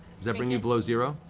that bring you below zero?